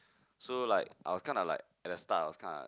so like I was kind of like at the start I was kinda